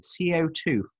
CO2